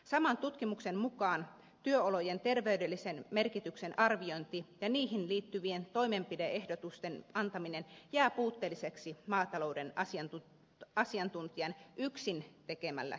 saman tutkimuksen mukaan työolojen terveydellisen merkityksen arviointi ja niihin liittyvien toimenpide ehdotusten antaminen jää puutteelliseksi maatalouden asiantuntijan yksin tekemällä tilakäynnillä